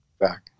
back